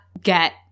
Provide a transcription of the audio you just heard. get